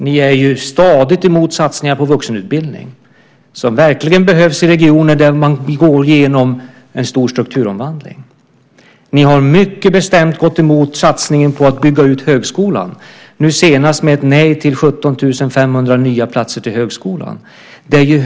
Ni är ju stadigt emot satsningar på vuxenutbildning, som verkligen behövs i regioner där man genomgår en stor strukturomvandling. Ni har mycket bestämt gått emot satsningen på att bygga ut högskolan, senast med ett nej till 17 500 nya platser till högskolan.